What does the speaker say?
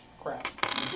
crap